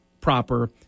proper